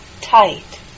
tight